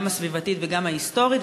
גם הסביבתית וגם ההיסטורית,